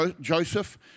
Joseph